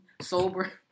Sober